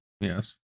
yes